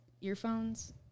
earphones